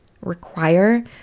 require